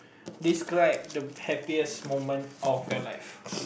describe the happiest moment of your life